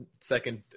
second